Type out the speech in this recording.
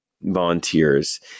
volunteers